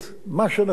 כולל הממשלה,